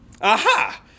Aha